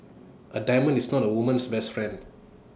A diamond is not A woman's best friend